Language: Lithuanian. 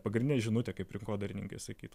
pagrindinę žinutę kaip rinkodarininkai sakytų